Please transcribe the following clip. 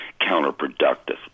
counterproductive